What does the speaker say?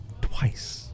twice